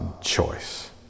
choice